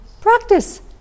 Practice